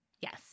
Yes